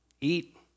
eat